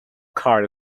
car